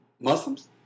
Muslims